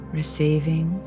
receiving